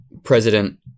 president